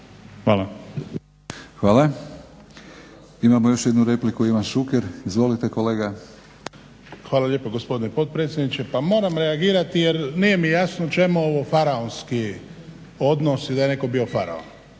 (HNS)** Hvala. Imamo još jednu repliku Ivan Šuker. Izvolite kolega. **Šuker, Ivan (HDZ)** Hvala lijepo gospodine potpredsjedniče. Pa moram reagirati jer nije mi jasno čemu ovo faraonski odnos i da je netko bio faraon.